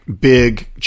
big